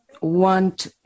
want